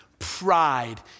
Pride